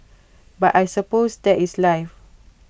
but I suppose that is life